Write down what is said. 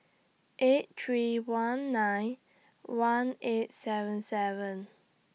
eight three one nine one eight seven seven